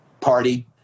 Party